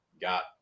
got